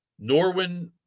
Norwin